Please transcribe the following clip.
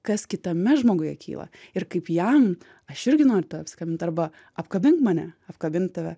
kas kitame žmoguje kyla ir kaip jam aš irgi noriu tave apsikabint arba apkabink mane apkabint tave